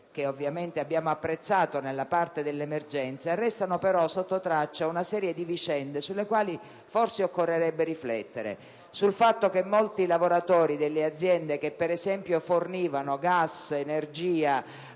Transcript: che ovviamente abbiamo apprezzato nella parte dell'emergenza, restano però sottotraccia una serie di vicende sulle quali forse occorrerebbe riflettere. Per esempio, molti lavoratori delle aziende che fornivano gas ed energia